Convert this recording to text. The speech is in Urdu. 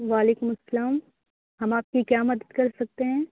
وعلیکم السلام ہم آپ کی کیا مدد کر سکتے ہیں